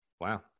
wow